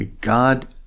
God